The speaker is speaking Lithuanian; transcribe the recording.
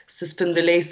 su spinduliais